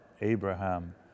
Abraham